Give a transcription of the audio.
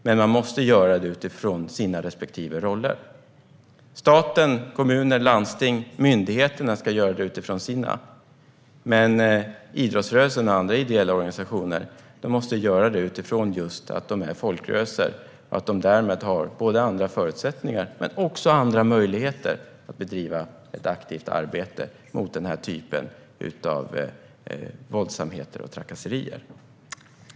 Men de måste göra det utifrån sina respektive roller. Staten, kommunerna och landstingen och myndigheterna ska göra det utifrån sina roller, men idrottsrörelsen och andra ideella organisationer måste göra det utifrån att de är folkrörelser och därmed har andra förutsättningar men också andra möjligheter att bedriva ett aktivt arbete mot den här typen av våldsamheter och trakasserier.